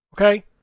Okay